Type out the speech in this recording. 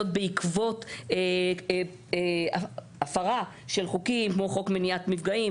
בעקבות הפרה של חוקים כמו חוק מניעת מפגעים,